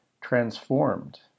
transformed